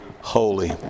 holy